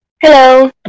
Hello